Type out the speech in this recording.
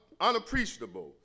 unappreciable